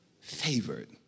favored